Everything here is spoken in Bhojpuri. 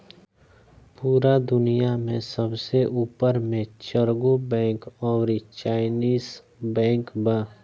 पूरा दुनिया में सबसे ऊपर मे चरगो बैंक अउरी चाइनीस बैंक बा